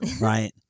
right